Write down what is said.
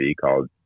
called